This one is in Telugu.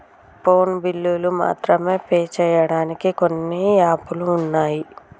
ఫోను బిల్లులు మాత్రమే పే చెయ్యడానికి కొన్ని యాపులు వున్నయ్